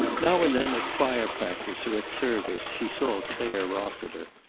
now and then, at choir practice or at service, she saw clare rossiter.